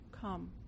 come